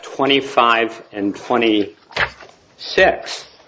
twenty five and twenty six